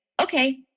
okay